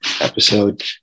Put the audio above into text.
episode